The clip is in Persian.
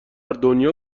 دنیا